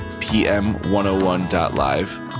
pm101.live